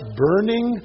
burning